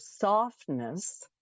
softness